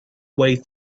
way